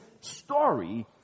story